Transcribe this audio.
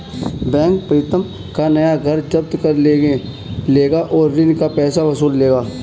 bank Pritam का नया घर जब्त कर लेगा और ऋण का पैसा वसूल लेगा